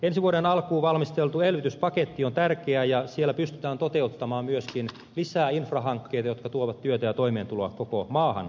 ensi vuoden alkuun valmisteltu elvytyspaketti on tärkeä ja siellä pystytään toteuttamaan myöskin lisää infrahankkeita jotka tuovat työtä ja toimeentuloa koko maahan